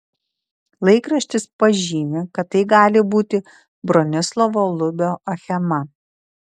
laikraštis pažymi kad tai gali būti bronislovo lubio achema